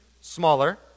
smaller